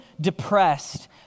depressed